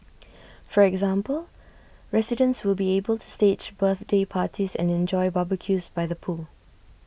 for example residents will be able to stage birthday parties and enjoy barbecues by the pool